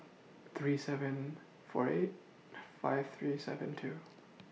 three seven four eight five three seven two